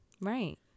Right